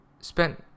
spent